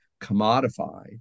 commodified